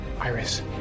Iris